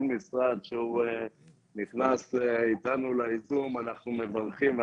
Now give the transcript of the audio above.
משרד שנכנס איתנו לייזום אנחנו מברכים.